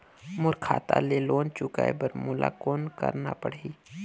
मोर खाता ले लोन चुकाय बर मोला कौन करना पड़ही?